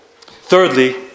Thirdly